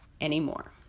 anymore